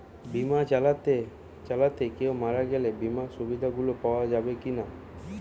বিমা চালাতে চালাতে কেও মারা গেলে বিমার সুবিধা গুলি পাওয়া যাবে কি না?